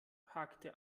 hakte